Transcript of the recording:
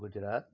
Gujarat